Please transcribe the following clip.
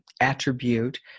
attribute